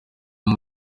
n’u